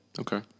Okay